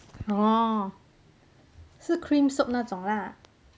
orh 是 cream soup 那种啦